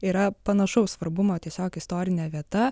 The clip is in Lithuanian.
yra panašaus svarbumo tiesiog istorinė vieta